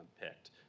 picked